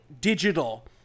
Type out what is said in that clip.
digital